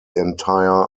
entire